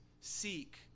seek